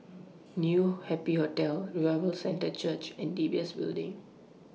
New Happy Hotel Revival Centre Church and D B S Building